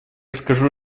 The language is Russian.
скажу